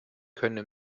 können